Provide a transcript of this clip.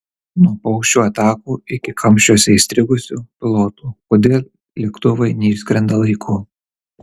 nuo paukščių atakų iki kamščiuose įstrigusių pilotų kodėl lėktuvai neišskrenda laiku